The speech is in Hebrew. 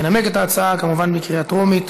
ינמק את ההצעה, כמובן, לקריאה טרומית,